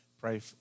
Pray